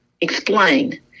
explain